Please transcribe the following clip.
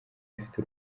afite